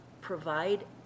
provide